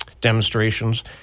demonstrations